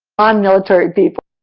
on military people.